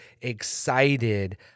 excited